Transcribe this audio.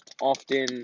often